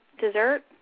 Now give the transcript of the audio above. dessert